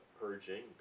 purging